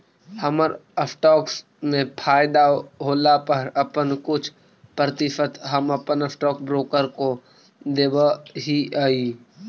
हमर स्टॉक्स में फयदा होला पर अपन कुछ प्रतिशत हम अपन स्टॉक ब्रोकर को देब हीअई